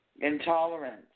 intolerance